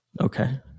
Okay